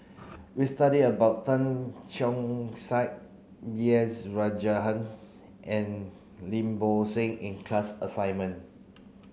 we study about Tan Keong Saik B S Rajhan and Lim Bo Seng in class assignment